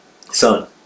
Son